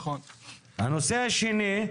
הנושא השני,